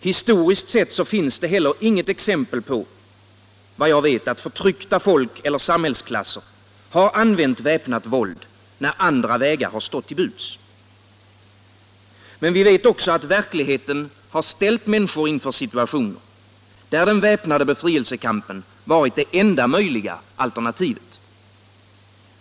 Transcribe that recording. Historiskt finns det — såvitt jag vet — heller inget exempel på att förtryckta folk eller samhällsklasser använt väpnat våld när andra vägar har stått till buds. Men vi vet också att verkligheten har ställt människor inför situationer, där den väpnade befrielsekampen varit det enda möjliga alternativet.